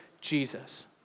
Jesus